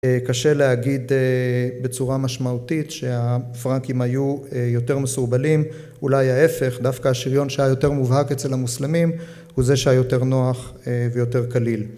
קשה להגיד בצורה משמעותית שהפרנקים היו יותר מסורבלים אולי ההפך, דווקא השריון שהיה יותר מובהק אצל המוסלמים הוא זה שהיה יותר נוח ויותר קליל